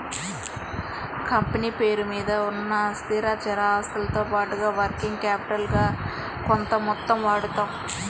company పేరు మీద ఉన్న స్థిరచర ఆస్తులతో పాటుగా వర్కింగ్ క్యాపిటల్ గా కొంత మొత్తం వాడతాం